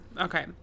Okay